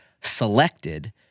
selected